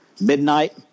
Midnight